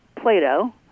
Plato